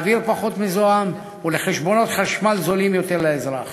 לאוויר פחות מזוהם ולחשבונות חשמל זולים יותר לאזרח.